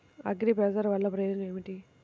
అగ్రిబజార్ వల్లన ప్రయోజనం ఏమిటీ?